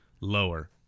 Lower